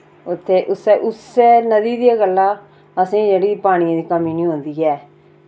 उत्थै उस्सै उस्सै नदी दिया गल्ला असें जेह्ड़ी पानिये दी कमी नेईं औंदी ऐ